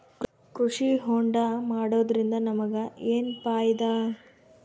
ಕೃಷಿ ಹೋಂಡಾ ಮಾಡೋದ್ರಿಂದ ನಮಗ ಏನ್ ಫಾಯಿದಾ?